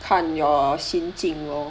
看 your 心境 lor